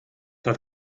hat